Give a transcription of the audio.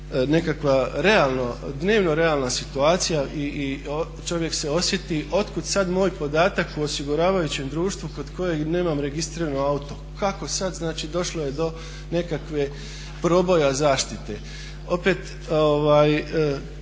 realno dnevno realna situacija i čovjek se osjeti otkud sad moj podatak u osiguravajućem društvu kod kojeg nemam registrirano auto. Kako sad? Znači došlo je do nekakve proboja zaštite.